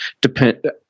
depend